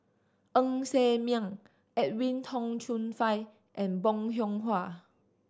Ng Ser Miang Edwin Tong Chun Fai and Bong Hiong Hwa